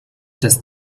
des